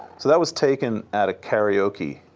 so that was taken at a karaoke